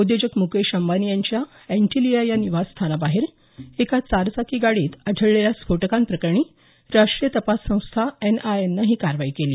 उद्योजक मुकेश अंबानी यांच्या अँटिलिया या निवासस्थानाबाहेर एका चारचाकी गाडीत आढळलेल्या स्फोटकांप्रकरणी राष्टीय तपास संस्था एनआयएनं ही कारवाई केली